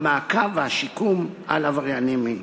המעקב והשיקום על עברייני מין.